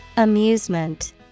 amusement